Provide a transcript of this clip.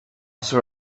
saw